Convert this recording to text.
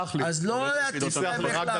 אז לא להטיף להם איך לעבוד.